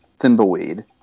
Thimbleweed